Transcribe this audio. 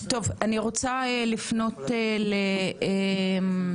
טוב, אני רוצה לפנות, כן,